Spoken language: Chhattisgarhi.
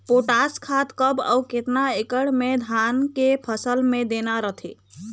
पोटास खाद कब अऊ केतना एकड़ मे धान के फसल मे देना रथे?